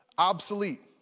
obsolete